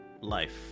life